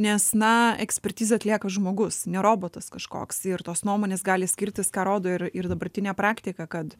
nes na ekspertizę atlieka žmogus ne robotas kažkoks ir tos nuomonės gali skirtis ką rodo ir ir dabartinė praktika kad